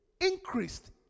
increased